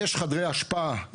יש חדרי אשפה,